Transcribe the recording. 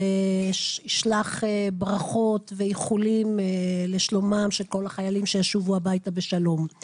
ואשלח ברכות ואיחולים לשלומם של כל החיילים שישובו הביתה לשלום.